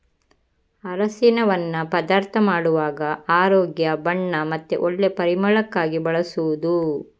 ಅರಸಿನವನ್ನ ಪದಾರ್ಥ ಮಾಡುವಾಗ ಆರೋಗ್ಯ, ಬಣ್ಣ ಮತ್ತೆ ಒಳ್ಳೆ ಪರಿಮಳಕ್ಕಾಗಿ ಬಳಸುದು